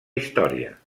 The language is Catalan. història